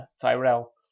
Tyrell